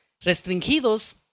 restringidos